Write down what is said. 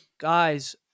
guys